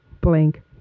blank